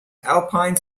alpine